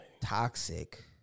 Toxic